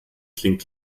klingt